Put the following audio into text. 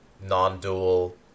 non-dual